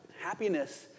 Happiness